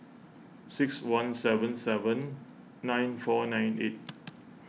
six one seven seven nine four nine eight